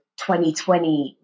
2020